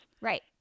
right